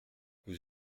vous